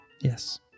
Yes